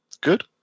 good